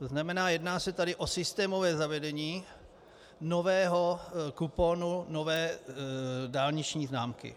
To znamená, jedná se tady o systémové zavedení nového kuponu, nové dálniční známky.